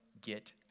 get